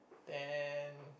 then